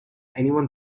anyone